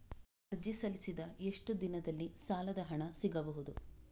ಅರ್ಜಿ ಸಲ್ಲಿಸಿದ ಎಷ್ಟು ದಿನದಲ್ಲಿ ಸಾಲದ ಹಣ ಸಿಗಬಹುದು?